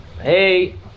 Hey